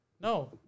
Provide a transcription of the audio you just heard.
No